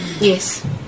Yes